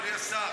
אדוני השר,